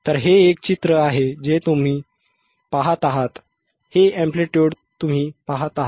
तर हे एक चित्र आहे जे तुम्ही पाहत आहात हे एंप्लिट्युड तुम्ही पहात आहात